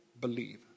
believe